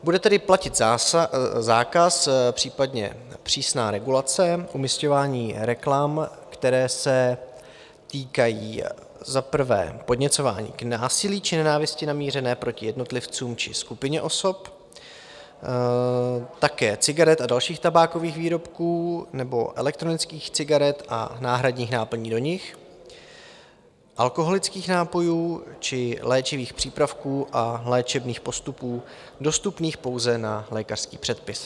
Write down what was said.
Bude tedy platit zákaz, případně přísná regulace umisťování reklam, které se týkají za prvé podněcování k násilí či k nenávisti namířené proti jednotlivcům či skupině osob, také cigaret a dalších tabákových výrobků nebo elektronických cigaret a náhradních náplní do nich, alkoholických nápojů či léčivých přípravků a léčebných postupů dostupných pouze na lékařský předpis.